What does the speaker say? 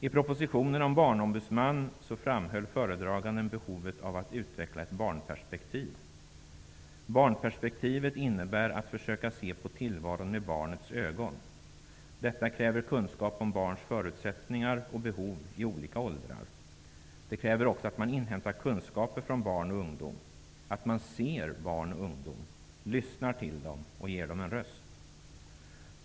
I propositionen om barnombudsman framhöll föredraganden behovet av att utveckla ett barnperspektiv. Barnperspektivet innebär att försöka se på tillvaron med barnets ögon. Detta kräver kunskap om barns förutsättningar och behov i olika åldrar. Det kräver också att man inhämtar kunskaper från barn och ungdom, att man ser barn och ungdom, lyssnar till dem och ger dem en röst.